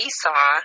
Esau